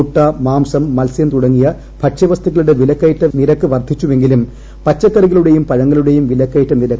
മുട്ട മാംസം മത്സ്യം തുടങ്ങിയ ഭക്ഷ്യവസ്തുക്കളുടെ വിലക്കയറ്റ നിരക്ക് വർദ്ധിച്ചുവെങ്കിലും പച്ചക്കറികളുടെയും പഴങ്ങളുടെയും വിലക്കയറ്റ നിരക്ക് കുറവായിരുന്നു